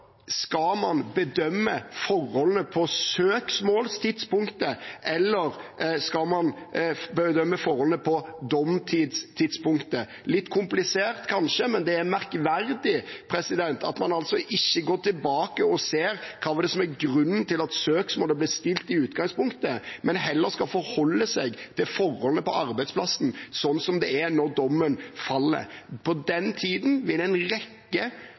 Skal man bedømme forholdet på søksmålstidspunktet, eller skal man bedømme forholdet på domtidstidspunktet? Det er litt kanskje litt komplisert, men det er merkverdig at man altså ikke går tilbake og ser hva som var grunnen til at søksmålet ble stilt i utgangspunktet, men heller skal forholde seg til forholdet på arbeidsplassen sånn det er når dommen faller. På den tiden vil en rekke